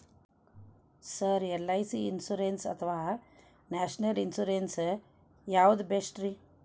Sir LIC insurance ಅಥವಾ national insurance ಯಾವುದು ಬೆಸ್ಟ್ರಿ?